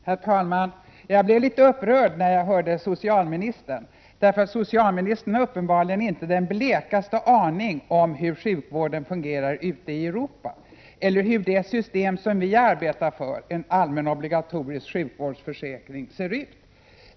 Herr talman! Jag blev litet upprörd när jag hörde socialministern. Socialministern har uppenbarligen inte den blekaste aning om hur sjukvården fungerar ute i Europa, eller hur det system som vi arbetar för, en allmän obligatorisk sjukvårdsförsäkring, ser ut.